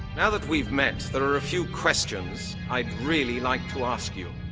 now that we've met, there are a few questions i'd really like to ask you.